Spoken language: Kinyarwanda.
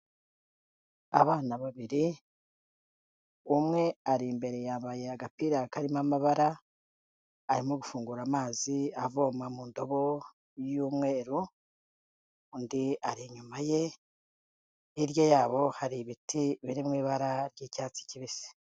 Abana babiri umwe ari imbere yambaye agapira karimo amabara, arimo gufungura amazi avoma mu ndobo y'umweru, undi ari inyuma ye, hirya yabo hari ibiti biri mu ibara ry'icyatsi kibisi.